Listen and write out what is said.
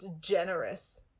generous